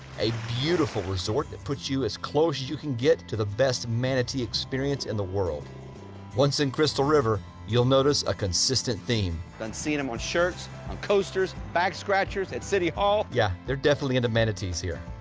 a beautiful resort that puts you as close as you can get to the best manatee experience in the world once in crystal river. you'll notice a consistent theme then seeing them on shirts on coasters back scratchers at city hall yeah, they're definitely an amenities here